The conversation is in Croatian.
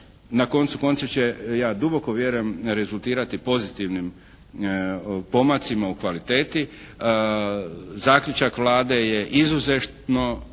na koncu konca će ja duboko vjerujem rezultirati pozitivnim pomacima u kvaliteti. Zaključak Vlade je izuzetno